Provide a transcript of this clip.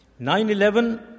9-11